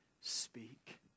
speak